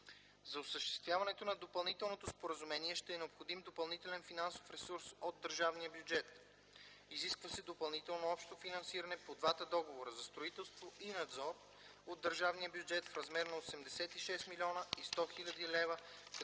За осъществяването на допълнителното споразумение ще е необходим допълнителен финансов ресурс от Държавния бюджет. Изисква се допълнително общо финансиране по двата договора – за строителство и надзор, от държавния бюджет в размер на 86 млн. 100 хил. лв.,